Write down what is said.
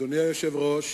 אדוני היושב-ראש